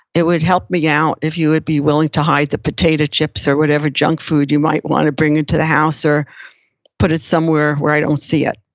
it would help me out if you would be willing to hide the potato chips or whatever junk food you might wanna bring into the house or put it somewhere where i don't see it.